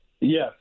Yes